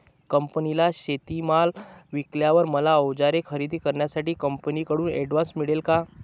कंपनीला शेतीमाल विकल्यावर मला औजारे खरेदी करण्यासाठी कंपनीकडून ऍडव्हान्स मिळेल का?